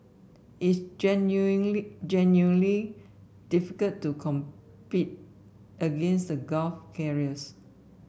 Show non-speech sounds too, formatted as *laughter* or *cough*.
it's genuinely *unintelligible* difficult to compete against the Gulf carriers